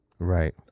right